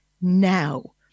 now